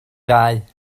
ddau